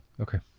Okay